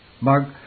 Mark